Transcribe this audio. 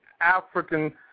African